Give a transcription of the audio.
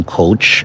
coach